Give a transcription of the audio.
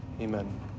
Amen